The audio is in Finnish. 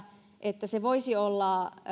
että voisi olla